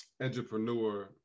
entrepreneur